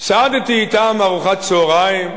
סעדתי אתם ארוחת צהריים,